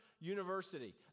university